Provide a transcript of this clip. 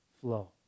flow